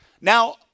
Now